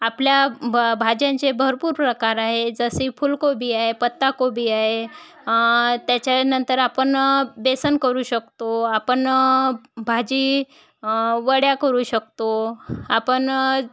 आपल्या ब भाज्यांचे भरपूर प्रकार आहे जशी फुलकोबी आहे पत्ताकोबी आहे त्याच्यानंतर आपण बेसन करू शकतो आपण भाजी वड्या करू शकतो आपण